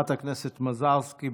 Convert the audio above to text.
חברת הכנסת מזרסקי,